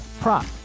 prop